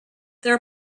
there